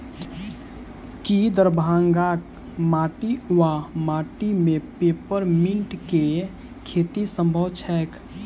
की दरभंगाक माटि वा माटि मे पेपर मिंट केँ खेती सम्भव छैक?